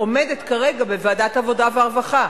עומדת כרגע בוועדת העבודה והרווחה.